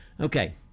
Okay